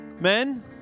men